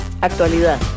actualidad